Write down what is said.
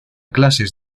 clases